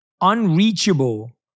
unreachable